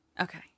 Okay